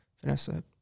Vanessa